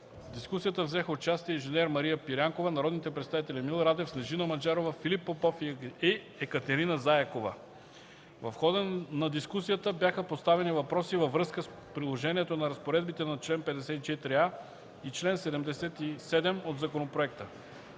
дискусията взеха участие инж. Мария Пирянкова, народните представители Емил Радев, Снежина Маджарова, Филип Попов и Екатерина Заякова. В хода на дискусията бяха поставени въпроси във връзка с приложението на разпоредбите на чл. 54а и чл. 77 от законопроекта.